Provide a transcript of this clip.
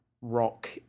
rock